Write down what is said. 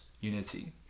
unity